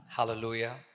Hallelujah